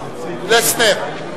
פלסנר.